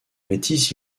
métis